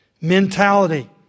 mentality